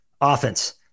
offense